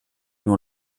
nur